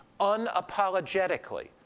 unapologetically